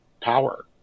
power